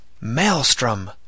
Maelstrom